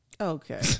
Okay